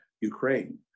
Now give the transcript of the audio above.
Ukraine